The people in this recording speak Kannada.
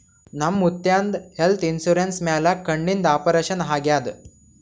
ನಮ್ ಮುತ್ಯಾಂದ್ ಹೆಲ್ತ್ ಇನ್ಸೂರೆನ್ಸ್ ಮ್ಯಾಲ ಕಣ್ಣಿಂದ್ ಆಪರೇಷನ್ ಆಗ್ಯಾದ್